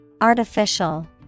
Artificial